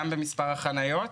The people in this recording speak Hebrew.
גם במספר החניות.